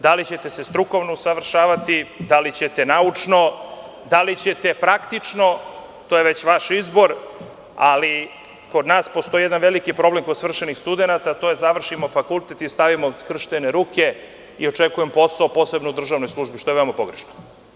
Da li ćete se strukovno usavršavati, da li ćete se naučno, da li ćete praktično, to je već vaš izbor, ali kod nas postoji jedan veliki problem kod svršenih studenata, a to je – završimo fakultet i stavimo skrštene ruke i očekujemo posao, posebno u državnoj službi, što je veoma pogrešno.